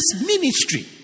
ministry